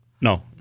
No